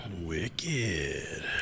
Wicked